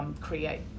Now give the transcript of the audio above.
Create